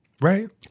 Right